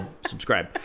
subscribe